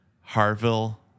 Harville